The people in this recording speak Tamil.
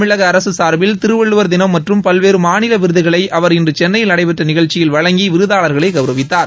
தமிழக அரசு சார்பில் திருவள்ளுவர் தினம் மற்றும் பல்வேறு மாநில விருதுகளை அவர் இன்று சென்னையில் நடைபெற்ற நிகழ்ச்சியில் வழங்கி விருதாளர்களை கவுரவித்தார்